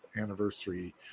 anniversary